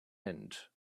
end